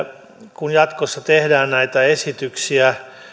kun jatkossa tehdään näitä esityksiä